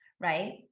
right